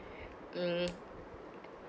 mm